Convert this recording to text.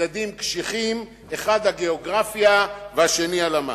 מדדים קשיחים, האחד הגיאוגרפיה, והשני הלמ"ס.